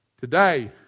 Today